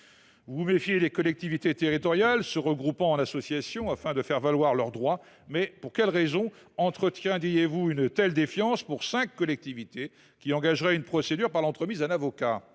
Vous vous méfiez des collectivités territoriales se regroupant en associations afin de faire valoir leurs droits ; dont acte. Mais pour quelle raison entretiendriez vous une telle défiance pour cinq collectivités qui engageraient une procédure par l’entremise d’un avocat ?